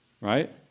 Right